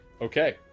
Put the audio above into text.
Okay